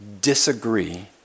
disagree